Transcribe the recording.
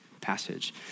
passage